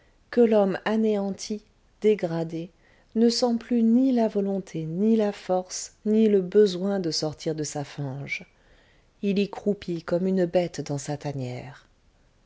que l'homme anéanti dégradé ne sent plus ni la volonté ni la force ni le besoin de sortir de sa fange il y croupit comme une bête dans sa tanière